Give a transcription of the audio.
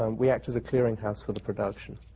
um we act as a clearing house for the production.